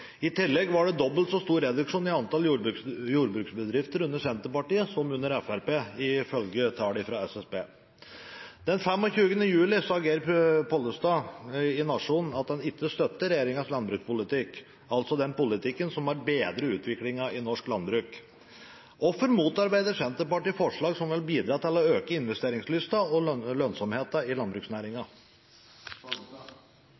I tillegg var det dobbelt så stor reduksjon i antall jordbruksbedrifter under Senterpartiet som under Fremskrittspartiet, ifølge tall fra SSB. Den 25. juli sa Geir Pollestad i Nationen at han ikke støtter regjeringens landbrukspolitikk, altså den politikken som har bedret utviklingen i norsk landbruk. Hvorfor motarbeider Senterpartiet forslag som vil bidra til å øke investeringslysten og lønnsomheten i